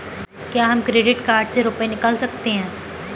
क्या हम credit card से रुपये निकाल सकते हैं?